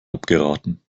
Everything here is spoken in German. abgeraten